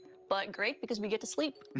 but great, because we get to sleep.